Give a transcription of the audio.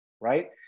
right